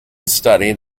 studied